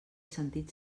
sentit